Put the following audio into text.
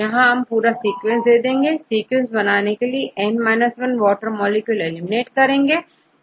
यह आपको पूरा सीक्वेंस दे देगा सीक्वेंस बनाने के लिए आपN 1 वॉटर मॉलिक्यूल एलिमिनेट करेंगे